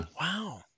Wow